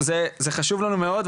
זה חשוב לנו מאוד.